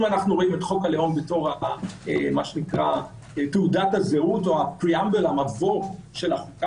אם אנחנו רואים את חוק הלאום בתור תעודת הזהות או המבוא של החוק.